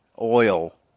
oil